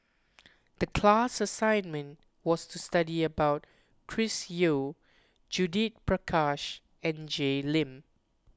the class assignment was to study about Chris Yeo Judith Prakash and Jay Lim